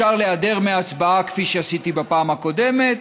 אפשר להיעדר מהצבעה, כפי שעשיתי בפעם הקודמת,